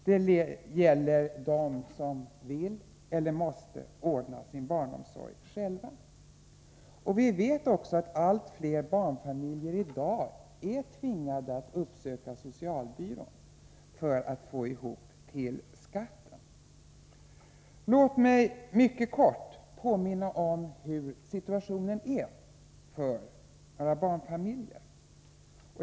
Det gäller dem som vill eller måste ordna sin barnomsorg själva. Vi vet också att allt flera barnfamiljer i dag är tvingade att uppsöka socialbyrån för att få ihop till skatten. Låt mig mycket kort påminna om hur situationen är för våra barnfamiljer.